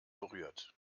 berührt